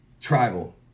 tribal